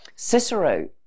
Cicero